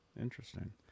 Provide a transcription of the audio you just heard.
Interesting